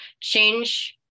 change